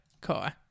car